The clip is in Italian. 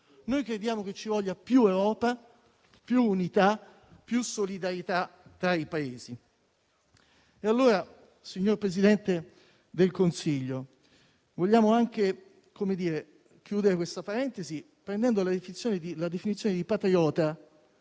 noi crediamo che ci voglia più Europa, più unità e più solidarietà tra i Paesi. Signor Presidente del Consiglio, vogliamo anche chiudere questa parentesi prendendo la definizione di patriota